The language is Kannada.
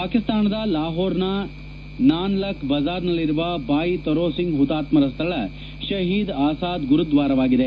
ಪಾಕಿಸ್ತಾನದ ಲಾಹೋರ್ನ ನಾನ್ಲಕ ಬಜಾರ್ನಲ್ಲಿರುವ ಬಾಯಿ ತಾರೂಸಿಂಗ್ ಹುತಾತ್ತರ ಸ್ನಳ ಶಹೀದ್ ಆಸ್ತಾನ್ ಗುರುದ್ನಾರವಾಗಿದೆ